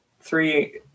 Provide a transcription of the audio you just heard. three